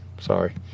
Sorry